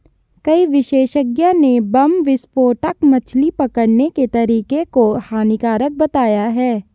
कई विशेषज्ञ ने बम विस्फोटक मछली पकड़ने के तरीके को हानिकारक बताया है